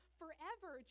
forever